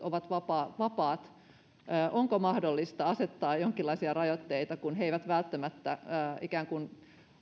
ovat vapaat onko mahdollista asettaa jonkinlaisia rajoitteita kun he eivät välttämättä ikään kuin